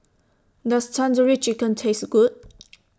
Does Tandoori Chicken Taste Good